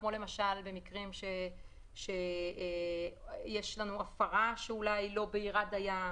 כמו במקרים שיש לנו הפרה שאולי היא לא בהירה דיה,